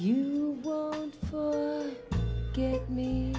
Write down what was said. you get me